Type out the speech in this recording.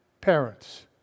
parents